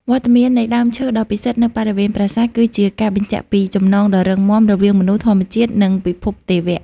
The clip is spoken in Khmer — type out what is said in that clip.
វត្តមាននៃដើមឈើដ៏ពិសិដ្ឋនៅបរិវេណប្រាសាទ គឺជាការបញ្ជាក់ពី ចំណងដ៏រឹងមាំរវាងមនុស្ស ធម្មជាតិ និងពិភពទេវៈ។